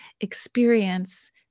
experience